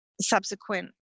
subsequent